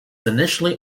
initially